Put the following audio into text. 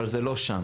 אבל זה לא שם.